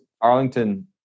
Arlington